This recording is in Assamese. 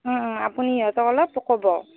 আপুনি সিহঁতক অলপ ক'ব